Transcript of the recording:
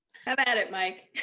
have at it mike.